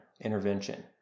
intervention